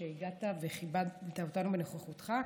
שהגעת וכיבדת אותנו בנוכחותך,